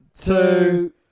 two